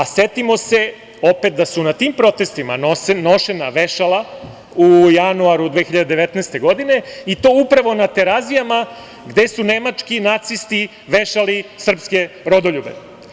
Setimo se opet da su na tim protestima nošena vešala u januaru 2019. godine i to upravo na Terazijama gde su nemački nacisti vešali srpske rodoljube.